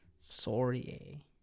Sorry